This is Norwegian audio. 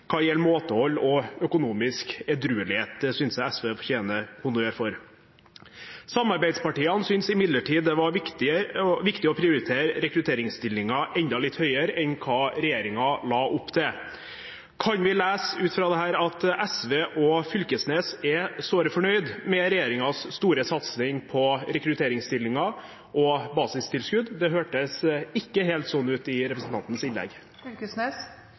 hva gjelder måtehold og økonomisk edruelighet. Det synes jeg SV fortjener honnør for. Samarbeidspartiene synes imidlertid det var viktig å prioritere rekrutteringsstillinger enda litt høyere enn hva regjeringen la opp til. Kan vi lese ut fra dette at SV og Knag Fylkesnes er såre fornøyd med regjeringens store satsing på rekrutteringsstillinger og basistilskudd? Det hørtes ikke helt sånn ut i representantens